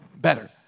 better